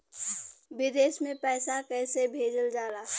विदेश में पैसा कैसे भेजल जाला?